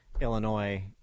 Illinois